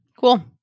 cool